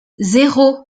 zéro